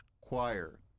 choir